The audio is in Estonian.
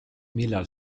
millal